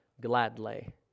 gladly